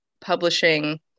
publishing